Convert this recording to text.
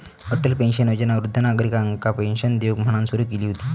Atal pension योजना वृद्ध नागरिकांका पेंशन देऊक म्हणान सुरू केली हुती